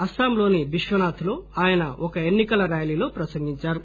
అస్పాంలోని బిశ్వనాధ్ లో ఆయన ఒక ఎన్ని కల ర్యాలీలో ప్రసంగించారు